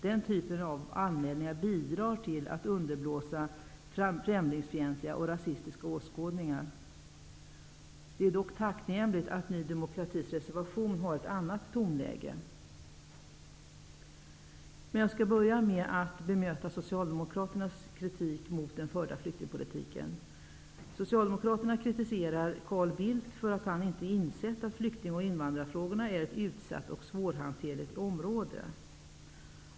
Den typen av anmälningar bidrar till att främlingsfientliga och rasistiska åskådningar underblåses. Det är dock tacknämligt att Ny demokratis reservation har ett annat tonläge. Men jag skall börja med att bemöta Carl Bildt för att han inte insett att flykting och invandrarfrågorna är ett utsatt och svårhanterligt område.